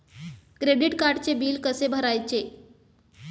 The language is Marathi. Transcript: क्रेडिट कार्डचे बिल कसे भरायचे?